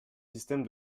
systèmes